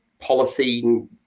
polythene